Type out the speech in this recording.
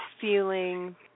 feeling